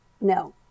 No